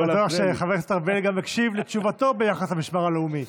אני בטוח שחבר הכנסת ארבל גם הקשיב לתשובתו ביחס למשמר הלאומי.